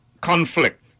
conflict